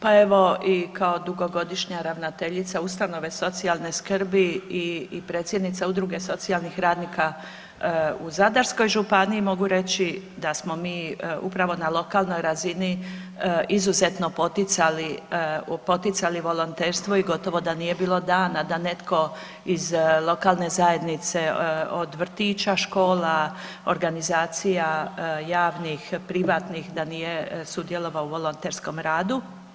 Pa evo, i kao dugogodišnja ravnateljica ustanove socijalne skrbi i predsjednica Udruge socijalnih radnika u Zadarskoj županiji mogu reći da smo mi upravo na lokalnoj razini izuzetno poticali volonterstvo i gotovo da nije bilo dana da netko iz lokalne zajednice od vrtića, škola, organizacija javnih, privatnih, da nije sudjelovao u volonterskom radu.